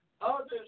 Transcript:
others